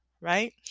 Right